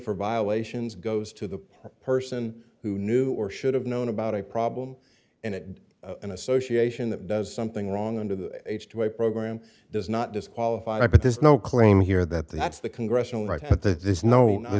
for violations goes to the person who knew or should have known about a problem and it an association that does something wrong under the h two a program does not disqualify but there's no claim here that that's the congressional right but there's no